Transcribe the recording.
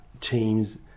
teams